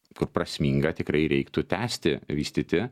kur prasminga tikrai reiktų tęsti vystyti